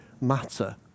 matter